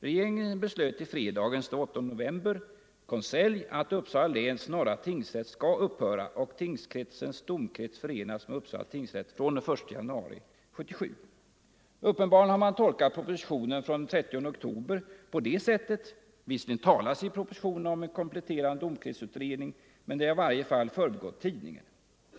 Regeringen beslöt i fredagens konselj att Uppsala läns Norra tingsrätt skall upphöra och tingsrättens domkrets förenas med Uppsala tingsrätt från 1 januari 1977.” Uppenbarligen har man tolkat propositionen av den 30 oktober på det sättet. Visserligen talas det i propositionen om en kompletterande domkretsutredning, men det har i varje fall förbigått tidningen.